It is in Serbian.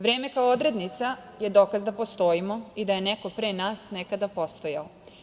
Vreme kao odrednica je dokaz da postojimo i da je neko pre nas nekada postojao.